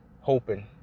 hoping